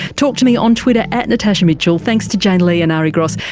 talk to me on twitter at natashamitchell. thanks to jane lee and ari gross.